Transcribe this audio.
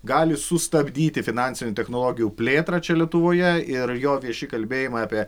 gali sustabdyti finansinių technologijų plėtrą čia lietuvoje ir jo vieši kalbėjimai apie